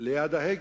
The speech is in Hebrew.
ליד ההגה.